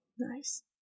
Nice